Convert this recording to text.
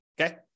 Okay